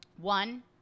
One